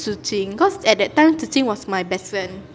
zi qing cause at that time zi qing was my best friend